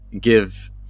give